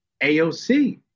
AOC